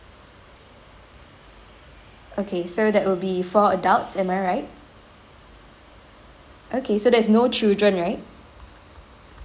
okay so that will be four adults am I right okay so there's no children right